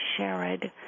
Sherrod